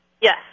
Yes